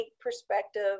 perspective